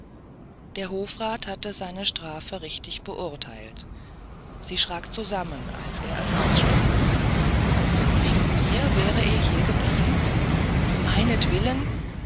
der hofrat hatte seine strafe richtig beurteilt sie schrak zusammen als er es aussprach wegen mir wäre er hier geblieben